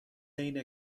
اینه